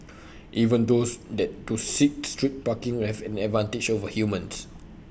even those that do seek street parking would have an advantage over humans